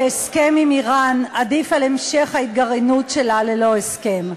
שהסכם עם איראן עדיף על המשך ההתגרענות שלה ללא הסכם.